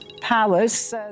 powers